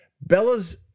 Bella's